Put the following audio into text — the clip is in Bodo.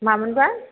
मामोनबा